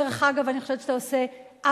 דרך אגב, אני חושבת שאתה עושה עוול.